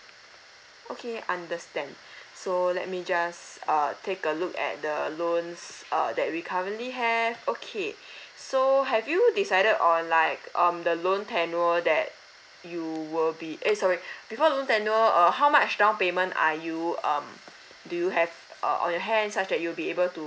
okay understand so let me just uh take a look at the loans err that we currently have okay so have you decided on like um the loan tenure that you will be eh sorry before loan tenure uh how much down payment are you um do you have uh on your hand such that you'll be able to